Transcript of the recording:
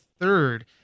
third